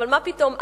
אבל מה פתאום את,